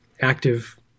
active